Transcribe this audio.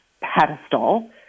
pedestal